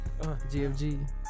GFG